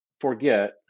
forget